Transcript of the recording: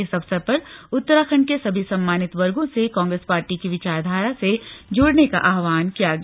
इस अवसर पर उत्तराखण्ड के सभी सम्मानित वर्गों से कांग्रेस पार्टी की विचारधार से जुड़ने का आह्वान किया गया